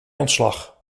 ontslag